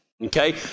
Okay